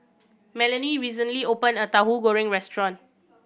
Melony recently opened a Tauhu Goreng restaurant